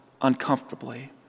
uncomfortably